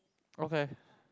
okay